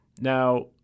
Now